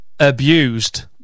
Abused